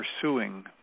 pursuing